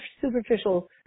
superficial